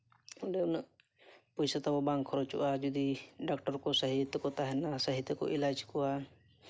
ᱚᱸᱰᱮ ᱩᱱᱟᱹᱜ ᱯᱚᱭᱥᱟ ᱛᱟᱵᱚ ᱵᱟᱝ ᱠᱷᱚᱨᱚᱪᱚᱜᱼᱟ ᱡᱩᱫᱤ ᱰᱟᱠᱴᱚᱨ ᱠᱚ ᱥᱟᱹᱦᱤ ᱛᱮᱠᱚ ᱛᱟᱦᱮᱱᱟ ᱥᱟᱹᱦᱤ ᱛᱮᱠᱚ ᱮᱞᱟᱡᱽ ᱠᱚᱣᱟ